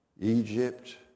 Egypt